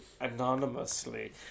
anonymously